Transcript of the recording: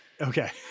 Okay